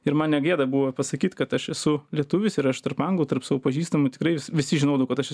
ir man negėda buvo pasakyt kad aš esu lietuvis ir aš tarp anglų tarp savo pažįstamų tikrai visi visi žinodavo kad aš